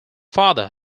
father